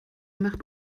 macht